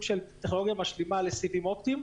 של טכנולוגיה משלימה לסיבים אופטיים,